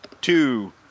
two